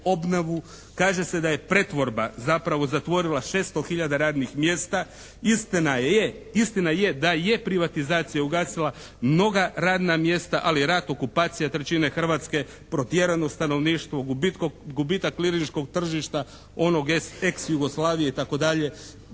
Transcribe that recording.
kaže se da je pretvorba zapravo zatvorila 600 hiljada radnih mjesta. Istina je da je privatizacija ugasila mnoga radna mjesta, ali rat, okupacija trećine Hrvatske, protjerano stanovništvo, gubitak …/Govornik se ne razumije./… tržišta onog eks Jugoslavije itd.